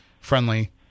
friendly